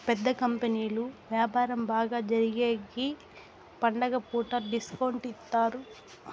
పెద్ద కంపెనీలు వ్యాపారం బాగా జరిగేగికి పండుగ పూట డిస్కౌంట్ ఇత్తారు